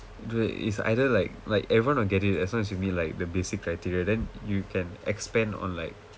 dey is either like like everyone will get it as long as you meet like the basic criteria then you can expand on like